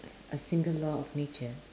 a single law of nature